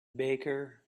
baker